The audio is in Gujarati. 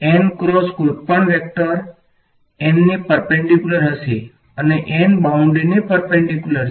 n ક્રોસ કોઈપણ વેક્ટર n ને પર્પેંડીક્યુલર હશે અને n બાઉંડ્રીને પર્પેંડીક્યુલર છે